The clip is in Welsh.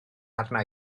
arna